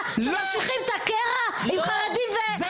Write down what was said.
שממשיכים את הקרע עם חרדים וחילוניים.